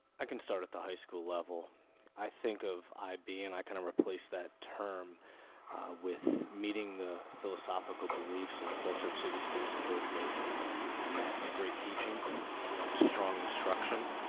i can start at the high school level i think of ib and i kind of replace that term with meaning the philosophical beliefs of falls church city schools and george mason and that's great teaching that's strong instruction